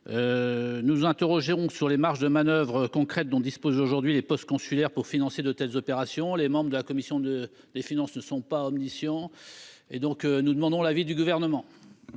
nous interrogeons sur les marges de manoeuvre concrètes dont disposent aujourd'hui les postes consulaires pour financer de telles opérations. Les membres de la commission des finances ne sont pas omniscients. Sur cette question, nous sollicitons l'avis du Gouvernement.